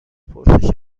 پرسش